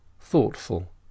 thoughtful